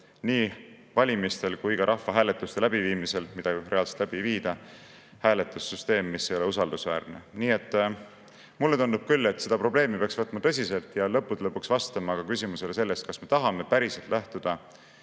nii valimistel kui ka rahvahääletuste läbiviimisel, mida küll reaalset läbi ei viida, kasutusel hääletussüsteem, mis ei ole usaldusväärne. Mulle tundub küll, et seda probleemi peaks võtma tõsiselt ja lõppude lõpuks vastama ka küsimusele, kas me tahame päriselt lähtuda